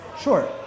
Sure